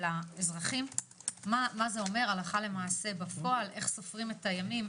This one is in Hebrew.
לאזרחים מה זה אומר הלכה למעשה איך סופרים את הימים,